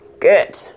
Good